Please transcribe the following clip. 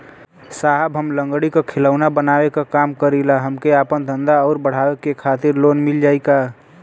साहब हम लंगड़ी क खिलौना बनावे क काम करी ला हमके आपन धंधा अउर बढ़ावे के खातिर लोन मिल जाई का?